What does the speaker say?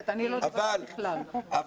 אבל